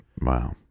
Wow